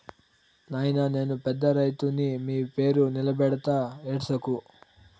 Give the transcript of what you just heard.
నాయినా నేను పెద్ద రైతుని మీ పేరు నిలబెడతా ఏడ్సకు